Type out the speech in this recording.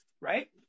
Right